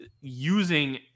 using